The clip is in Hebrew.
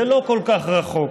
זה לא כל כך רחוק.